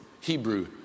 Hebrew